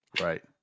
Right